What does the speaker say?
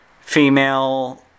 female